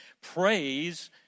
Praise